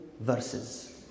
verses